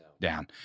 down